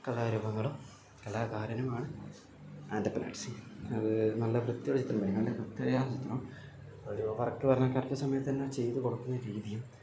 കലാരൂപങ്ങളും കലാകാരനുമാണ് ആൻറ്റപ്പനർട്സ് അത് നല്ല വൃത്തിയോടെ ചിത്രം വരയ്ക്കും നല്ല കൃത്യതയാർന്ന ചിത്രം ഒരു വർക്ക് കാര്യങ്ങളൊക്കെ കറക്റ്റ് സമയത്ത് തന്നേ ചെയ്തു കൊടുക്കുന്ന രീതിയും